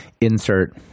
insert